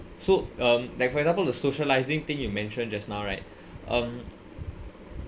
so um like for example the socialising thing you mentioned just now right um